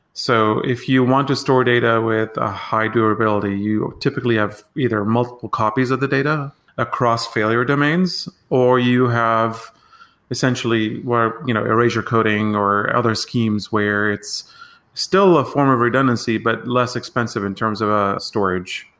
so if you want to store data with a high durability, you typically have either multiple copies of the data across failure domains or you have essentially you know erasure coding or other schemes where it's still a form of redundancy, but less expensive in terms of ah storage.